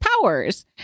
powers